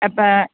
എപ്പോൾ